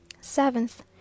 Seventh